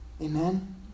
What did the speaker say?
Amen